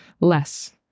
Less